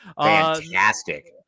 Fantastic